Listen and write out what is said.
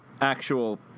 actual